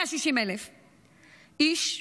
160,000 איש.